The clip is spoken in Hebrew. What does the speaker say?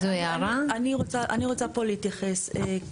אני רוצה פה להתייחס.